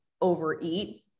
overeat